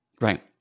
Right